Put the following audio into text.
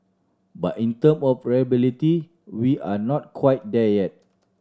but in term of reliability we are not quite there yet